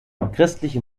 christliche